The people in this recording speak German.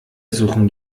suchen